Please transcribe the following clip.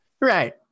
Right